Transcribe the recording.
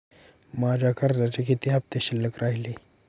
माझ्या कर्जाचे किती हफ्ते शिल्लक राहिले आहेत?